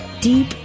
deep